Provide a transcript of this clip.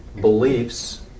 beliefs